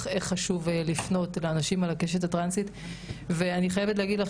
חשוב לפנות אל אנשים על הקשת הטרנסית ואני חייבת להגיד לך